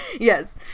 Yes